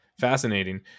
Fascinating